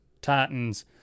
titans